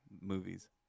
movies